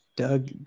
Doug